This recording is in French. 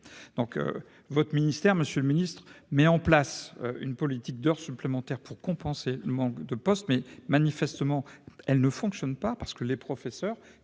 donc votre ministère, Monsieur le Ministre, met en place une politique d'heures supplémentaires pour compenser le manque de postes, mais manifestement elle ne fonctionne pas parce que les professeurs